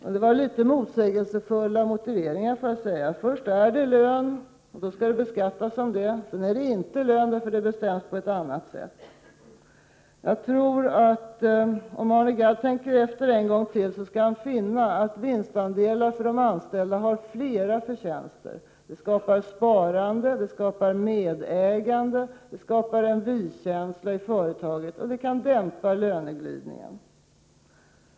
Men det var litet motsägelsefulla motiveringar, får jag säga. Först är det lön, och då skall det beskattas som lön. Sedan är det inte lön därför att det bestäms på ett annat sätt. Om Arne Gadd tänker efter en gång till skall han finna att vinstandelar för de anställda har flera förtjänster. De skapar sparande, de skapar medägande, de skapar en vi-känsla i företaget och de kan dämpa löneglidningen.